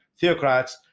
theocrats